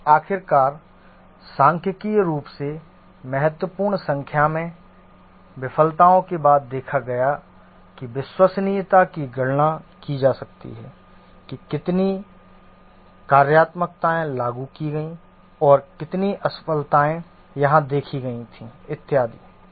और आखिरकार सांख्यिकीय रूप से महत्वपूर्ण संख्या में विफलताओं के बाद देखा गया है कि विश्वसनीयता की गणना की जा सकती है कि कितनी कार्यात्मकताएं लागू की गईं और कितनी असफलताएं जहां देखी गई थीं इत्यादि